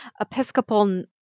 Episcopal